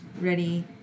ready